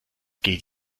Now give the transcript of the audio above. geht